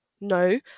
no